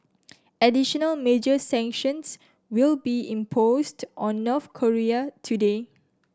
additional major sanctions will be imposed on North Korea today